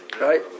Right